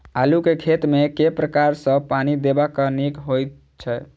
आलु केँ खेत मे केँ प्रकार सँ पानि देबाक नीक होइ छै?